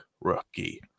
rookie